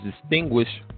distinguished